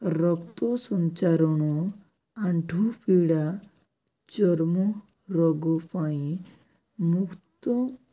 ରକ୍ତ ସଞ୍ଚାରଣ ଆଣ୍ଠୁପିଡ଼ା ଚର୍ମ ରୋଗ ପାଇଁ ମୁକ୍ତ